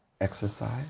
exercise